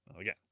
Again